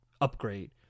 upgrade